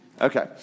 Okay